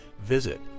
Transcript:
visit